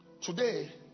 Today